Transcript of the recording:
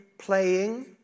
Playing